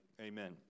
amen